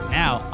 now